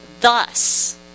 thus